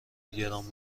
گران